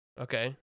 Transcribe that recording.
Okay